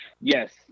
Yes